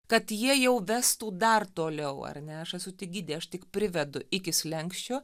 kad jie jau vestų dar toliau ar ne aš esu tik gidė tik privedu iki slenksčio